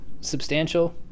substantial